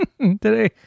today